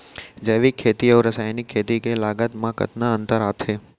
जैविक खेती अऊ रसायनिक खेती के लागत मा कतना अंतर आथे?